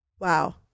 Wow